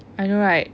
I know right